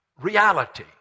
reality